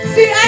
See